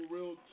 Real